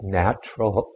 natural